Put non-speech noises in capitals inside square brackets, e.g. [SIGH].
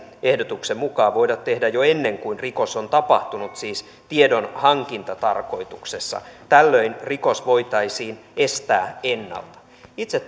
ehdotuksen mukaan voida tehdä jo ennen kuin rikos on tapahtunut siis tiedonhankintatarkoituksessa tällöin rikos voitaisiin estää ennalta itse [UNINTELLIGIBLE]